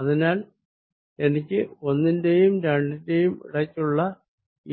അതിനാൽ എനിക്ക് ഒന്നിന്റെയും രണ്ടിന്റെയും ഇടയ്ക്കുള്ള